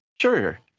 sure